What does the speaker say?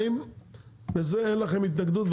האם לזה אין לכם התנגדות?